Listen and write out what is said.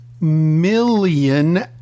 million